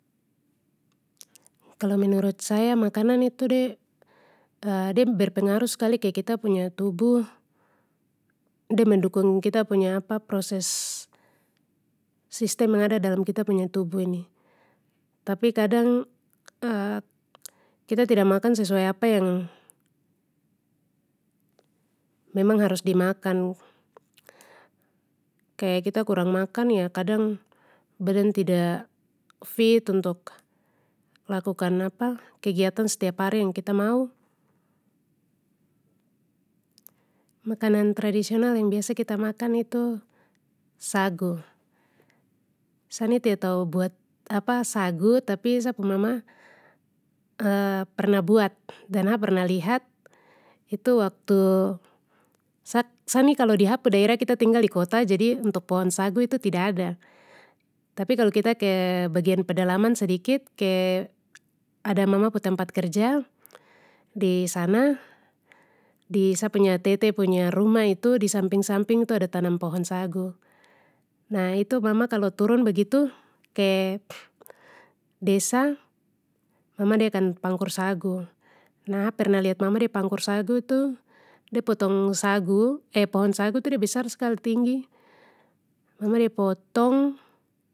Kalo menurut saya makanan itu de de berpengaruh skali ke kita punya tubuh, de mendukung kita punya proses, sistem yang ada dalam kita punya tubuh ini. Tapi kadang kita tida makan sesuai apa yang, memang harus dimakan. Kaya kita kurang makan ya kadang, badan tida vit untuk, lakukan kegiatan setiap hari yang kita mau. Makanan tradisional yang bisa kita makan itu sagu. Sa ni tida tahu buat sagu tapi sa pu mama pernah buat dan ha pernah lihat, itu waktu, sa-sa ni kalo di ha pu daerah kita tinggal di kota jadi untuk pohon sagu itu tida ada, tapi kita ke bagian pedalaman sedikit ke, ada mama pu tempat kerja, disana, di sa punya tete punya rumah itu di samping samping tu ada tanam pohon sagu. Nah itu mama kalo turun begitu, ke, desa. Mama de akan pangkur sagu, nah ha pernah lihat mama de pangkur sagu tu, de potong sagu pohon sagu tu de besar skali tinggi. Mama de potong.